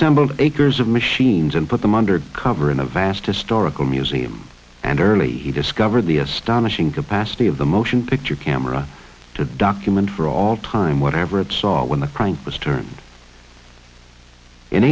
symbols acres of machines and put them under cover in a vast historical museum and early he discovered the astonishing capacity of the motion picture camera to document for all time whatever it saw when the crank was turned in